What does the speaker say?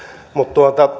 mutta